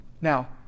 now